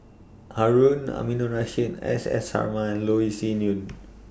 Harun Aminurrashid S S Sarma and Loh Yee Sin Yun